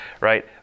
right